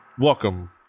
Welcome